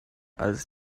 als